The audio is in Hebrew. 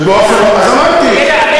זאת השאלה.